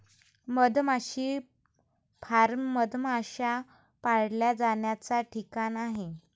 मधमाशी फार्म मधमाश्या पाळल्या जाण्याचा ठिकाण आहे